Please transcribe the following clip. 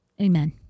Amen